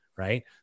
Right